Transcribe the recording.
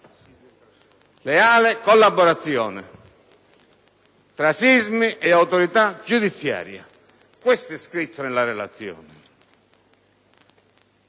Leale collaborazione tra SISMI e Autorità giudiziaria: questo è scritto nella relazione!